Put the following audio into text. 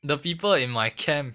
the people in my camp